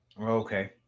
okay